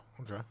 okay